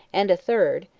and a third,